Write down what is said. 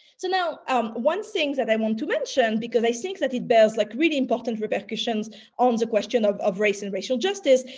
so now um one thing that i want to mention, because i think that it bears like really important repercussions on the question of of race and racial justice,